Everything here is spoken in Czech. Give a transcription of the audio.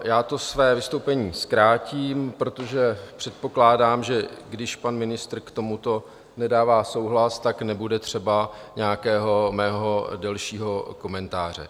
Já to své vystoupení zkrátím, protože předpokládám, že když pan ministr k tomuto nedává souhlas, tak nebude třeba nějakého mého delšího komentáře.